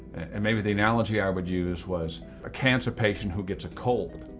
and maybe the analogy i would use was a cancer patient who gets a cold.